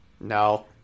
No